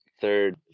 third